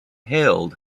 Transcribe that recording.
hailed